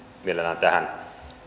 mielellään tähän